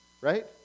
right